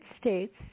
States